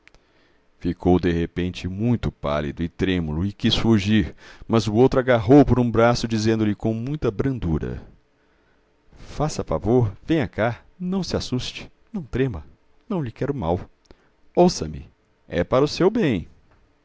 ficou de repente muito pálido e trêmulo e quis fugir mas o outro agarrou-o por um braço dizendo-lhe com muita brandura faça favor venha cá não se assuste não trema não lhe quero mal ouça-me é para o seu bem